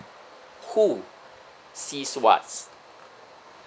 who sees what